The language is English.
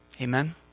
Amen